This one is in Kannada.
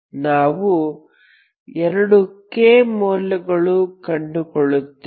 ನಾವು ಎರಡು k ಮೌಲ್ಯಗಳನ್ನು ಕಂಡುಕೊಳ್ಳುತ್ತೇವೆ